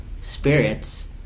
spirits